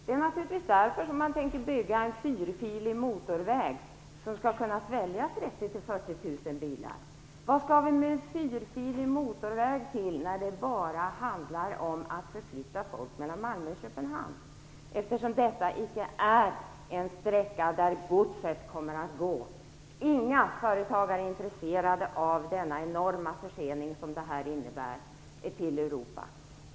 Det är naturligtvis därför som man tänker bygga en fyrfilig motorväg som skall kunna svälja 30 000-40 000 bilar. Men varför en fyrfilig motorväg när det bara handlar om att förflytta folk mellan Malmö och Köpenhamn? Detta är ju icke en sträcka på vilken gods kommer att transporteras. Inga företagare är intresserade av den enorma försening som det här innebär vid förflyttning till Europa.